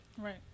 Right